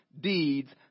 deeds